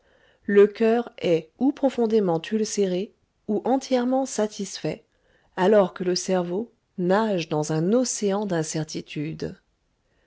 le coeur est ou profondément ulcéré ou entièrement satisfait alors que le cerveau nage dans un océan d'incertitudes